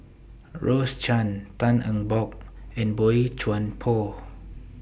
Rose Chan Tan Eng Bock and Boey Chuan Poh